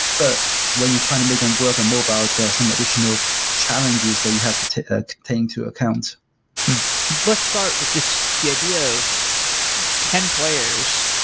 but when you're trying to make them work on mobile, there are some additional challenges that you have to to take to account let's just start with just the idea of ten players,